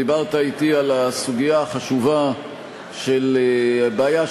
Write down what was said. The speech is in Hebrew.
דיברת אתי על הסוגיה החשובה של בעיה,